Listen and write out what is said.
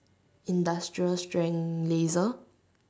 industrial strength laser